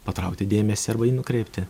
patraukti dėmesį arba jį nukreipti